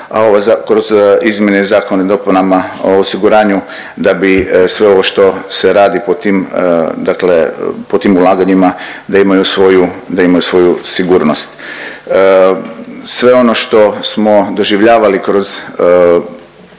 kroz izmjene i zakona i dopunama o osiguranju da bi sve ovo što se radi po tim dakle po tim ulaganjima, da imaju svoju sigurnost. Sve ono što smo doživljavali kroz